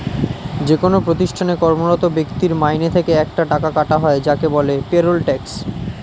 যেকোন প্রতিষ্ঠানে কর্মরত ব্যক্তির মাইনে থেকে একটা টাকা কাটা হয় যাকে বলে পেরোল ট্যাক্স